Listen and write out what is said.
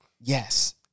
Yes